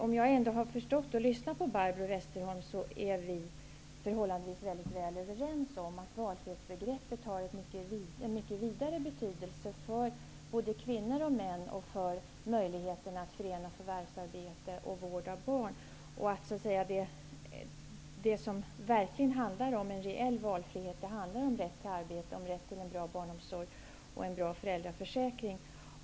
Om jag har förstått Barbro Westerholm rätt, är vi förhållandevis överens om att valfrihetsbegreppet har en mycket vidare betydelse för både kvinnor och män och för möjligheten att förena förvärvsarbete och vård av barn. Det som verkligen handlar om en reell valfrihet är rätten till arbete, rätten till en bra barnomsorg och en bra föräldraförsäkring.